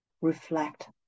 reflect